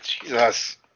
Jesus